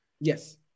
Yes